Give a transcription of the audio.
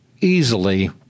easily